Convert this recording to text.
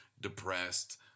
depressed